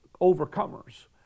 overcomers